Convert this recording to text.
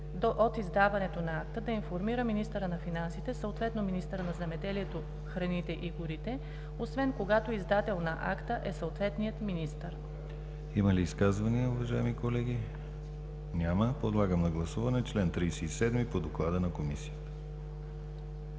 от издаването на акта да информира министъра на финансите, съответно министъра на земеделието, храните и горите, освен когато издател на акта е съответният министър.“ ПРЕДСЕДАТЕЛ ДИМИТЪР ГЛАВЧЕВ: Има ли изказвания, уважаеми колеги? Няма. Подлагам на гласуване чл. 37 по доклада на Комисията.